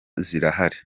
zirahari